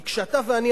כי כשאתה ואני,